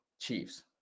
Chiefs